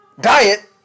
diet